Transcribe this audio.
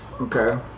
Okay